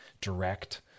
direct